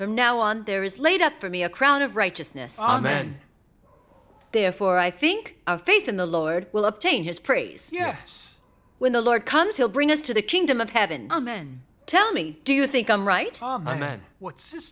from now on there is laid up for me a crown of righteousness and man therefore i think of faith in the lord will obtain his praise us when the lord comes he'll bring us to the kingdom of heaven amen tell me do you think i'm right man what's